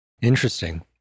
Interesting